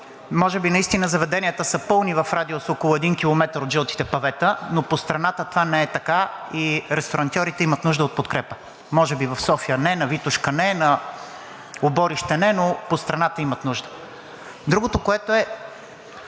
може би наистина заведенията са пълни в радиус около един километър от жълтите павета, но по страната това не е така и ресторантьорите имат нужда от подкрепа. Може би в София – не, на „Витошка“ – не, на „Оборище“ – не, но по страната имат нужда. Другото, което е,